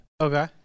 Okay